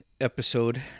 episode